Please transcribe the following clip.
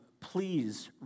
Please